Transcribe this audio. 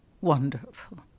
Wonderful